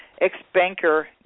ex-banker